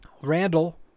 Randall